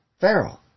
Pharaoh